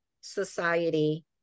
society